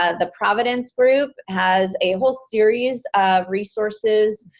ah the providence group has a whole series of resources.